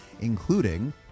including